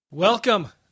Welcome